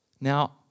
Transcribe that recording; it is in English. Now